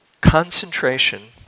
Concentration